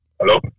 hello